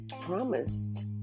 promised